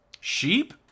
sheep